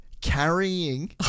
carrying